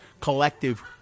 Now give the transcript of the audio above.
collective